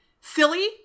silly